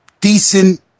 decent